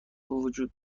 وجود